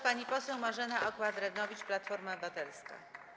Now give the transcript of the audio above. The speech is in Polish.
Pani poseł Marzena Okła-Drewnowicz, Platforma Obywatelska.